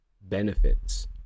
benefits